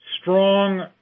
strong